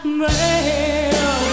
mail